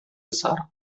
besar